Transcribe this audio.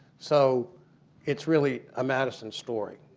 so it's really a madison story.